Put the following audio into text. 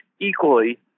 equally